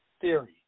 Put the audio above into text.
Theory